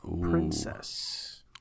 Princess